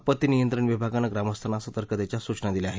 आपत्ती नियंत्रण विभागाने ग्रामस्थांना सतर्कतेच्या सूचना दिल्या आहे